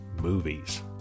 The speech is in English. movies